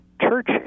Church